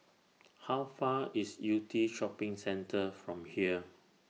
How Far away IS Yew Tee Shopping Centre from here